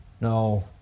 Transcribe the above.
No